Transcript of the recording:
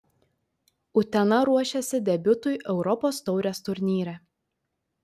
utena ruošiasi debiutui europos taurės turnyre